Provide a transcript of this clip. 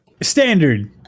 Standard